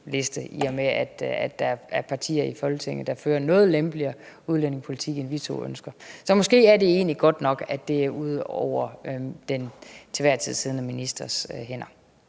i og med at der er partier i Folketinget, der fører en noget lempeligere udlændingepolitik, end vi to ønsker. Så måske er det egentlig godt nok, at det er ude af den til enhver tid siddende ministers hænder.